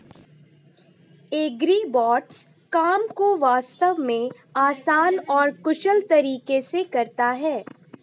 agribots काम को वास्तव में आसान और कुशल तरीके से करता है